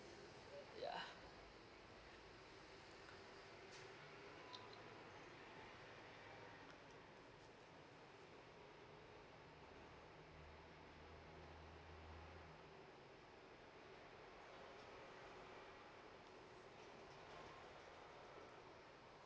ya